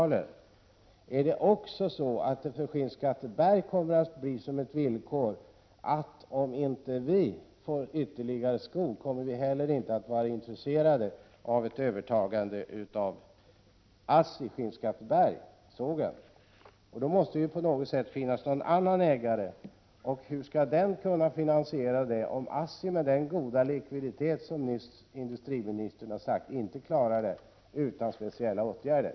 1987/88:34 kommer man inte att ha något intresse av att överta sågen i Skinnskatteberg? 30 november 1987 I så fall måste det ju på något sätt komma in en annan ägare. Hur skallen ny = Ze Cdde a ägare kunna finansiera ett övertagande, om ASSI med sin, enligt vad industriministern nyss har förklarat, goda likviditet inte klarar av det utan speciella åtgärder?